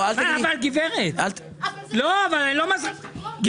אבל גברת --- אבל זה לא --- גברת,